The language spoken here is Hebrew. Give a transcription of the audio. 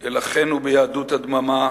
אל אחינו ביהדות הדממה